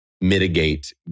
mitigate